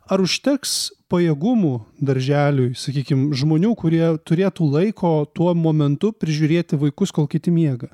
ar užteks pajėgumų darželiui sakykim žmonių kurie turėtų laiko tuo momentu prižiūrėti vaikus kol kiti miega